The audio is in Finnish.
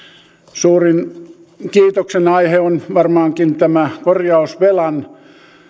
suurin kiitoksen aihe on varmaankin tämä korjausvelan